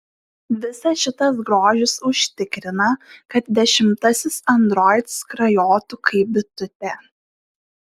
visas šitas grožis užtikrina kad dešimtasis android skrajotų kaip bitutė